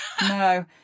No